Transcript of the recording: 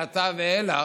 ולו מעתה ואילך,